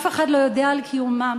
אף אחד לא יודע על קיומם.